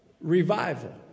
revival